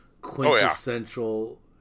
quintessential